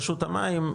רשות המים,